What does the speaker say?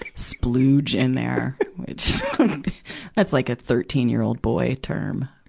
splooge in there, which that's like a thirteen year old boy term.